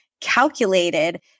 calculated